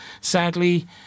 Sadly